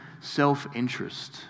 self-interest